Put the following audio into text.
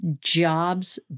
jobs